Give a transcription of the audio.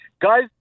Guys